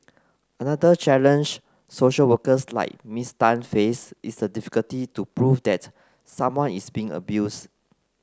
another challenge social workers like Miss Tan face is the difficulty to prove that someone is being abused